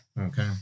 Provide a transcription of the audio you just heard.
Okay